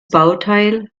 bauteil